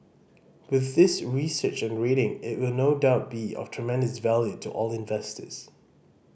with this research and rating it will no doubt be of tremendous value to all investors